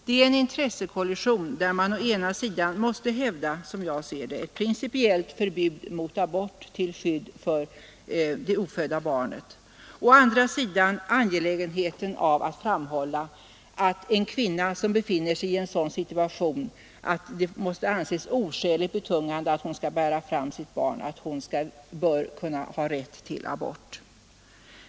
Det är en intressekollision, där man å ena sidan måste hävda, som jag ser det, ett principiellt förbud mot abort till skydd för det ofödda barnet, å andra sidan angelägenheten av att fram hålla att en kvinna, som befinner sig i en sådan situation att det måste anses oskäligt betungande att hon skall bära fram sitt barn, bör ha rätt till abort.